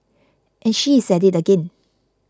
and she is at it again